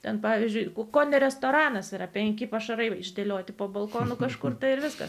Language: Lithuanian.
ten pavyzdžiui kone restoranas yra penki pašarai išdėlioti po balkonu kažkur ir viskas